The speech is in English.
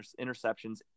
interceptions